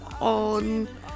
on